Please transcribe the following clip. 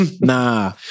nah